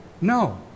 no